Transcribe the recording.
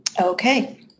Okay